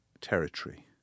territory